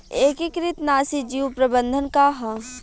एकीकृत नाशी जीव प्रबंधन का ह?